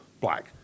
black